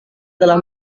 telah